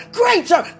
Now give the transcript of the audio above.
greater